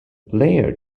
player